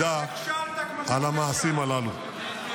תדעו על המעשים הללו.